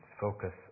focus